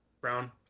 brown